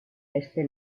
este